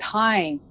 time